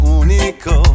unico